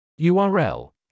url